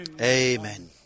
Amen